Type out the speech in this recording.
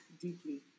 deeply